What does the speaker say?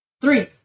Three